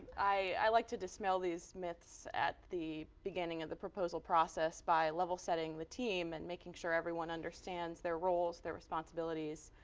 i like to dispel these myths at the beginning of the proposal process by level setting the team and making sure everyone understands their roles, their responsibilities,